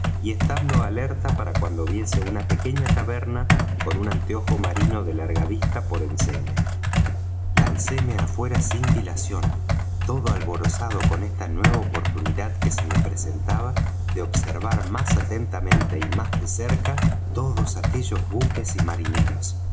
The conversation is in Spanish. y estando alerta para cuando viese una pequeña taberna con un anteojo marino de larga vista por enseña lancéme afuera sin dilación todo alborozado con esta nueva oportunidad que se me presentaba de observar más atentamente y más de cerca todos aquellos buques y marineros